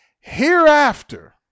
hereafter